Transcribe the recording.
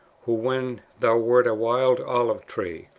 who, when thou wert a wild olive tree,